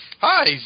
Hi